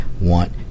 want